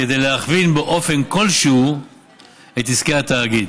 כדי להכווין באופן כלשהו את עסקי התאגיד.